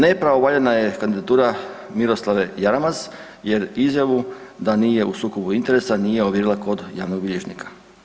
Nepravovaljana je kandidatura Miroslave Jaramaz jer izjavu da nije u sukobu interesa nije ovjerila kod javnog bilježnika.